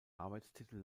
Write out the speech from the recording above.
arbeitstitel